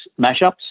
mashups